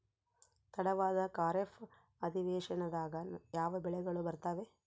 ತಡವಾದ ಖಾರೇಫ್ ಅಧಿವೇಶನದಾಗ ಯಾವ ಬೆಳೆಗಳು ಬರ್ತಾವೆ?